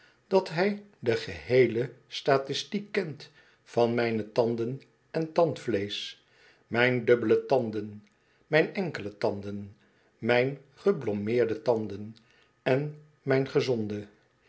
dat hij de geheele statistiek kent van mijne tanden en tandvlecseh mijn dubbele tanden mijn enkele tanden mijn geblombeerde tanden en mijn gezonde